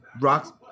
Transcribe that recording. Rocks